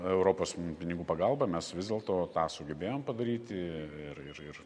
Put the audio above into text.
europos pinigų pagalba mes vis dėlto tą sugebėjom padaryti ir ir ir